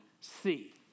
see